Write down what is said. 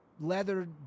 leather